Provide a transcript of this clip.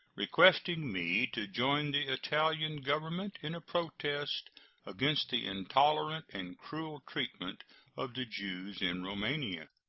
requesting me to join the italian government in a protest against the intolerant and cruel treatment of the jews in roumania,